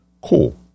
Cool